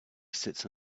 sits